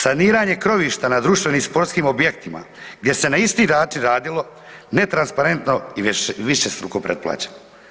Saniranje krovišta nad ruševnim sportskim objektima gdje se na isti način radilo netransparentno i višestruko pretplaćeno.